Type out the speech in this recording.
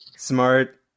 smart